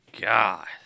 God